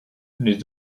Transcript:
les